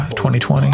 2020